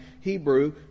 Hebrew